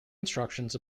instructions